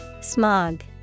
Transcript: Smog